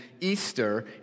Easter